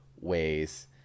ways